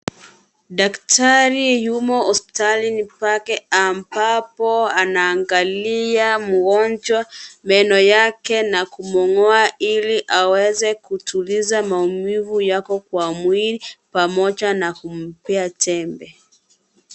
Daktari yumo hospitalini pake ambapo anaangalia mgonjwa meno yake na kumngoa ili aweze kutuliza maumivu yako kwa mwili pamoja na kumpea tembe.